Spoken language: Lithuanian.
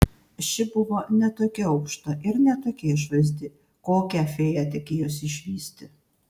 ši buvo ne tokia aukšta ir ne tokia išvaizdi kokią fėja tikėjosi išvysti